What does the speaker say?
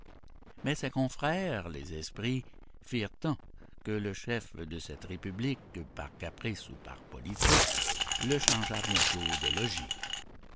mais ses confrères les esprits firent tant que le chef de cette république par caprice ou par politique le changea bientôt de logis